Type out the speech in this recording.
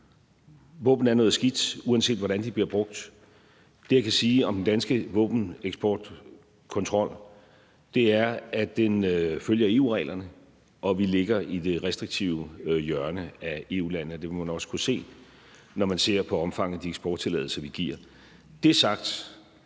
Våben er noget skidt, uanset hvordan de bliver brugt. Det, jeg kan sige om den danske våbeneksport og -kontrol er, at den følger EU-reglerne, og at vi ligger i det restriktive hjørne af EU-landene, og det vil man også kunne se, når man ser på omfanget af de eksporttilladelser, vi giver.